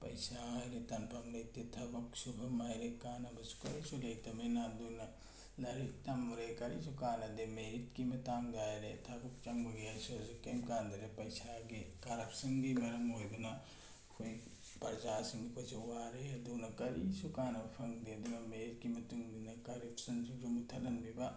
ꯄꯩꯁꯥ ꯍꯥꯏꯔꯦ ꯇꯥꯟꯐꯝ ꯂꯩꯇꯦ ꯊꯕꯛ ꯁꯨꯐꯝ ꯍꯥꯏꯔꯦ ꯀꯥꯟꯅꯕꯁꯨ ꯀꯔꯤꯁꯨ ꯂꯩꯇꯕꯅꯤꯅ ꯑꯗꯨꯅ ꯂꯥꯏꯔꯤꯛ ꯇꯝꯃꯨꯔꯦ ꯀꯔꯤꯁꯨ ꯀꯥꯟꯅꯗꯦ ꯃꯦꯔꯤꯠꯀꯤ ꯃꯇꯥꯡꯗ ꯍꯥꯏꯔꯦ ꯊꯕꯛ ꯆꯪꯕꯒꯤ ꯍꯥꯏꯔꯁꯨ ꯀꯩꯝ ꯀꯥꯟꯅꯗꯔꯦ ꯄꯩꯁꯥꯒꯤ ꯀꯔꯞꯁꯟꯒꯤ ꯃꯔꯝ ꯑꯣꯏꯕꯅ ꯑꯩꯈꯣꯏ ꯄ꯭ꯔꯖꯥꯁꯤꯡ ꯑꯩꯈꯣꯏꯁꯨ ꯋꯥꯔꯦ ꯑꯗꯨꯅ ꯀꯔꯤꯁꯨ ꯀꯥꯟꯅꯕ ꯐꯪꯗꯦ ꯑꯗꯨꯅ ꯃꯦꯔꯤꯠꯀꯤ ꯃꯇꯨꯡꯏꯟꯅ ꯀꯔꯞꯁꯟꯁꯤꯁꯨ ꯃꯨꯊꯠꯍꯟꯕꯤꯕ